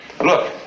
look